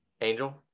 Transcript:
Angel